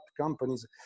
companies